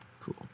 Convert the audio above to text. Cool